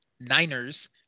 Niners